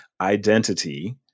identity